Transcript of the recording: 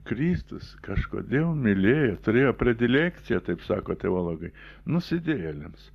kristus kažkodėl mylėjo turėjo predilekcija taip sako teologai nusidėjėliams